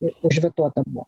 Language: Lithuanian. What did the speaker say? ir užvetuota buvo